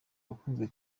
wakunzwe